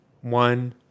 one